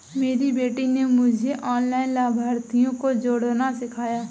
मेरी बेटी ने मुझे ऑनलाइन लाभार्थियों को जोड़ना सिखाया